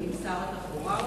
ועם שר התחבורה אולי?